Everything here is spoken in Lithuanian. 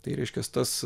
tai reiškias tas